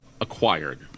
acquired